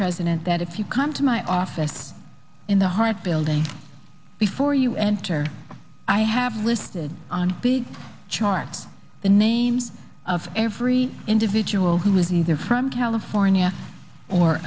president that if you come to my office in the hart building before you enter i have listed on big chart the names of every individual who was either from california or